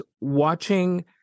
watching